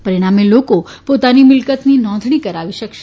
પરિણામે લોકો પોતાની મિલકતની નોંધણી કરાવી શકશે